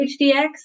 HDX